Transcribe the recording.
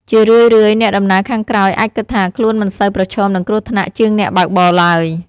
ជារឿយៗ អ្នកដំណើរខាងក្រោយអាចគិតថាខ្លួនមិនសូវប្រឈមនឹងគ្រោះថ្នាក់ជាងអ្នកបើកបរឡើយ។